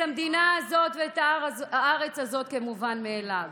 את המדינה הזאת ואת הארץ הזאת כמובנים מאליהם